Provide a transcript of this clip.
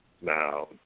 Now